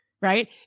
Right